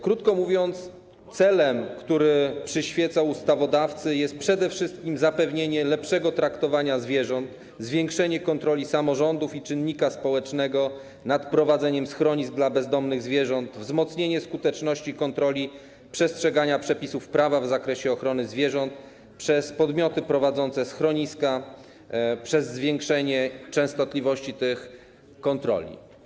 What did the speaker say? Krótko mówiąc, celem, który przyświecał ustawodawcy, jest przede wszystkim zapewnienie lepszego traktowania zwierząt, zwiększenie kontroli samorządów i czynnika społecznego nad prowadzeniem schronisk dla bezdomnych zwierząt, wzmocnienie skuteczności kontroli przestrzegania przepisów prawa w zakresie ochrony zwierząt przez podmioty prowadzące schroniska przez zwiększenie częstotliwości tych kontroli.